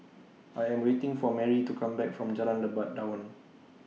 I Am waiting For Merrie to Come Back from Jalan Lebat Daun